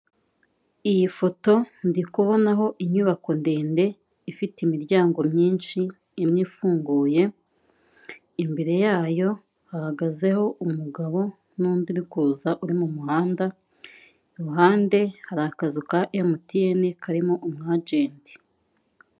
Iyi foto ndi kubonaho inyubako ndende ifite imiryango myinshi imwe ifunguye imbere yayo hahagazeho umugabo n'undi uri kuza uri mu muhanda impande hari akazu ka Mtn karimo umwajenti.